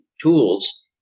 tools